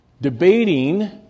debating